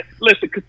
Listen